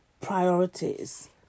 priorities